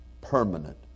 permanent